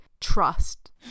trust